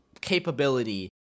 capability